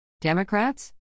Democrats